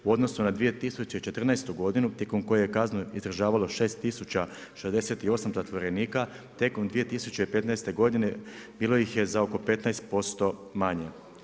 U odnosu na 2014. godinu tijekom koje je kaznu izdržavalo 6 tisuća 68 zatvorenika, tijekom 2015. godine bilo ih je za oko 15% manje.